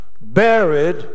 buried